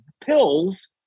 pills